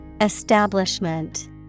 Establishment